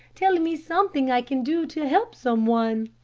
tell me something i can do to help some one.